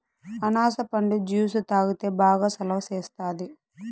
అనాస పండు జ్యుసు తాగితే బాగా సలవ సేస్తాది